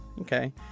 Okay